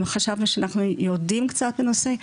אם חשבנו שאנחנו יודעים קצת בנושא,